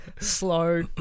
Slow